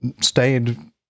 stayed